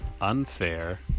unfair